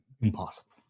impossible